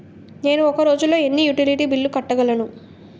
నేను ఒక రోజుల్లో ఎన్ని యుటిలిటీ బిల్లు కట్టగలను?